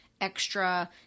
extra